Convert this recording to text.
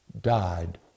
died